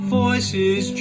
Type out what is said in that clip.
voices